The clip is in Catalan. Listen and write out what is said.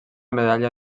medalla